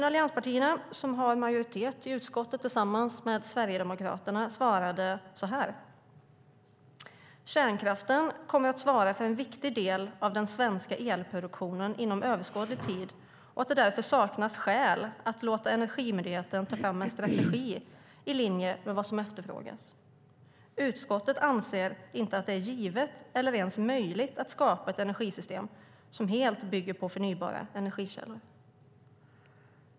Allianspartierna, som tillsammans med Sverigedemokraterna har majoritet i utskottet, svarade dock att kärnkraften kommer att svara för en viktig del av den svenska elproduktionen inom överskådlig tid, att det därför saknas skäl att låta Energimyndigheten ta fram en strategi i linje med vad som efterfrågas och att utskottet inte anser att det är givet eller ens möjligt att skapa ett energisystem som helt bygger på förnybara energikällor.